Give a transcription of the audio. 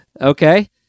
Okay